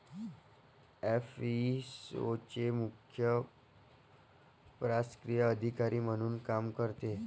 FAO चे मुख्य प्रशासकीय अधिकारी म्हणून काम करते